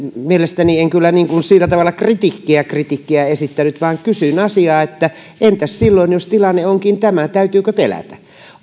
mielestäni en kyllä sillä tavalla kritiikkiä kritiikkiä esittänyt vaan kysyin asiaa että entäs silloin jos tilanne onkin tämä täytyykö pelätä